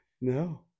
No